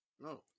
No